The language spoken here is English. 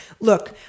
Look